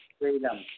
Freedom